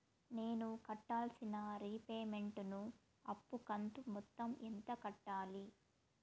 నేను కట్టాల్సిన రీపేమెంట్ ను అప్పు కంతు మొత్తం ఎంత కట్టాలి?